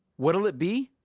what'll it be?